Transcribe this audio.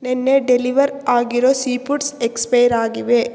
ನಿನ್ನೆ ಡೆಲಿವರ್ ಆಗಿರೋ sea foods expire ಆಗಿವೆ